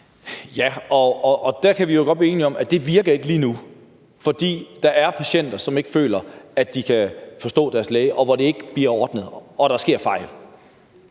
Ja, der kan vi jo godt blive enige om, at det ikke virker lige nu, for der er patienter, som ikke føler, at de kan forstå deres læge, og hvor det ikke bliver ordnet, og hvor der sker fejl.